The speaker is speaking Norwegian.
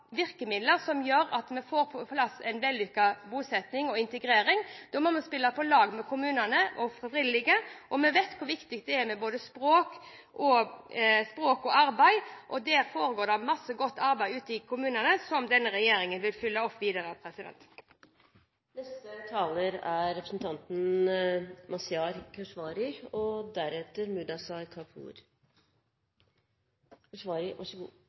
virkemidler som gjør at vi får på plass en vellykket bosetting og integrering. Da må vi spille på lag med kommunene og frivillige. Vi vet hvor viktig det er med både språk og arbeid, og det foregår mye godt arbeid ute i kommunene som denne regjeringen vil følge opp videre.